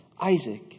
Isaac